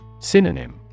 Synonym